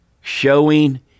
showing